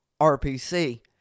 rpc